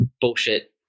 bullshit